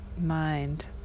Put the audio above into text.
mind